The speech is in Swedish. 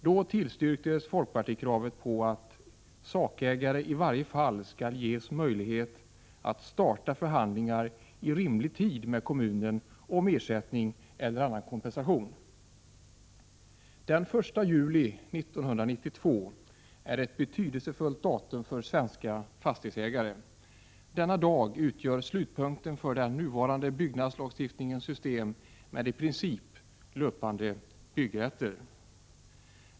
Då tillstyrktes folkpartikravet på att sakägare i varje fall skulle ges möjlighet att starta förhandlingar i rimlig tid med kommunen om ersättning eller annan kompensation. Den 1 juli 1992 är ett betydelsefullt datum för svenska fastighetsägare. Denna dag utgör slutpunkten för den nuvarande byggnadslagstiftningens system med i princip löpande byggrätter.